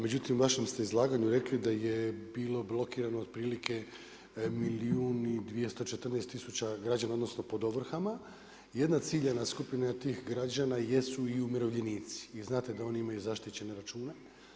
Međutim, u vašem ste izlaganju rekli da je bilo blokiramo otprilike milijun i 214 tisuća građana, odnosno pod ovrhama, jedna ciljana skupina tih građana jesu i umirovljenici i znate da oni imaju zaštićene račune.